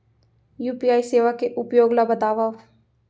UPI सेवा के उपयोग ल बतावव?